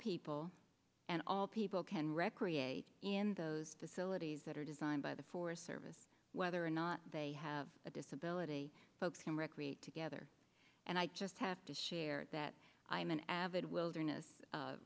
people and all people can recreate in those facilities that are designed by the forest service whether or not they have a disability folks can recreate together and i just have to share that i am an avid wilderness